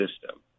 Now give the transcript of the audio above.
system